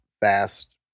fast